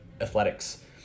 athletics